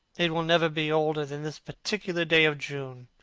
it will never be older than this particular day of june.